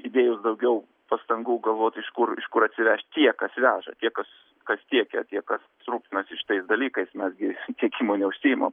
įdėjus daugiau pastangų galvot iš kur iš kur atsiveš tie kas veža tie kas kas tiekia tie kas rūpinasi šitais dalykais mes gi tiekimu neužsiimam